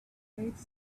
gates